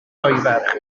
sioeferch